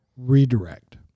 redirect